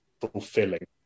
fulfilling